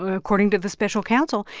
ah according to the special counsel,